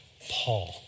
Paul